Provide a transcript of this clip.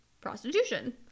prostitution